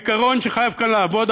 העיקרון שחייב כאן לעבוד,